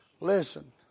listen